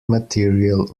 material